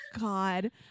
God